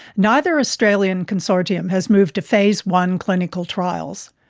neither australian consortium has moved to phase one clinical trials.